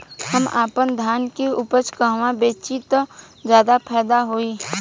हम अपने धान के उपज कहवा बेंचि त ज्यादा फैदा होई?